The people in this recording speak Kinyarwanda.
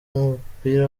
w’umupira